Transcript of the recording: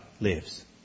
lives